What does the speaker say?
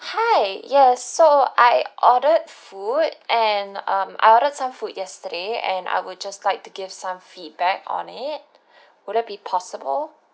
hi yes so I ordered food and um I ordered some food yesterday and I would just like to give some feedback on it would it be possible